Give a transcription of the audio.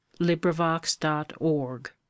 LibriVox.org